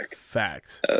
Facts